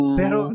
pero